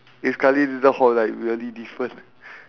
eh sekali later how like really different